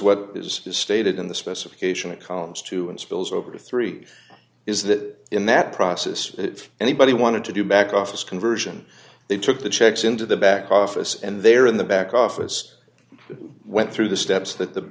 what is stated in the specification it comes to an spills over three is that in that process if anybody wanted to do back office conversion they took the checks into the back office and they're in the back office went through the steps that the